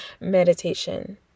meditation